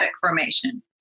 formation